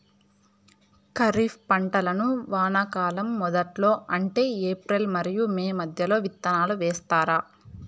ఖరీఫ్ పంటలను వానాకాలం మొదట్లో అంటే ఏప్రిల్ మరియు మే మధ్యలో విత్తనాలు వేస్తారు